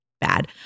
bad